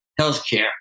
healthcare